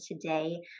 today